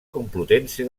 complutense